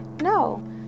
No